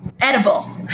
Edible